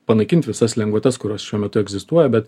panaikint visas lengvatas kurios šiuo metu egzistuoja bet